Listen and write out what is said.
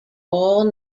all